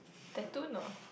tattoo no